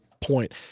point